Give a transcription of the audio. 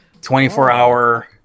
24-hour